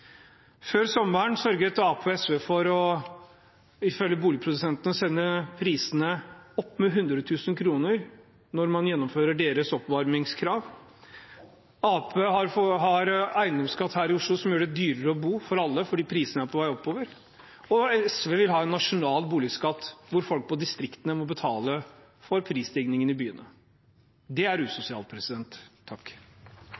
Før sommeren sørget Arbeiderpartiet og SV for, ifølge boligprodusentene, å sende prisene opp med 100 000 kr når man gjennomfører deres oppvarmingskrav. Arbeiderpartiet har innført eiendomsskatt her i Oslo som gjør det dyrere å bo for alle, fordi prisene er på vei oppover, og SV vil ha en nasjonal boligskatt hvor folk i distriktene må betale for prisstigningen i byene. Det er